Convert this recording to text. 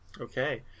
Okay